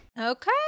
Okay